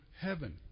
heaven